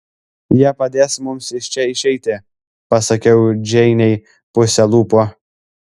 jie padės mums iš čia išeiti pasakiau džeinei puse lūpų